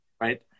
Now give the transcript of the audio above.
right